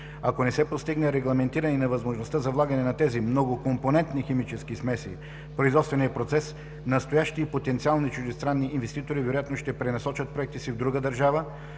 Ако не се постигне регламентиране на възможността за влагане на тези многокомпонентни химически смеси в производствения процес, настоящи и потенциални чуждестранни инвеститори вероятно ще пренасочат проектите си в друга държава,